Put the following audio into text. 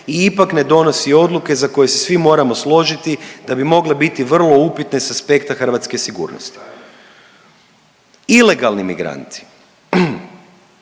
i ipak ne donosi odluke za koje se svi moramo složiti da bi mogle biti vrlo upitne s aspekta hrvatske sigurnosti. Ilegalni migranti,